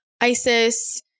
Isis